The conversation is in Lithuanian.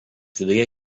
viduje